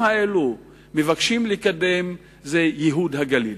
האלה מבקשים לקדם זה ייהוד הגליל.